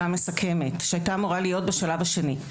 המסכמת שהייתה אמורה להיות בשלב השני.